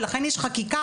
ולכן יש חקיקה,